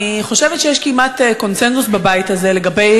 אני חושבת שיש כמעט קונסנזוס בבית הזה לגבי